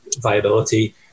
viability